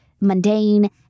mundane